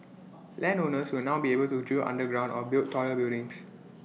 land owners will now be able to drill underground or build taller buildings